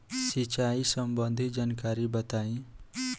सिंचाई संबंधित जानकारी बताई?